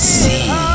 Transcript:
see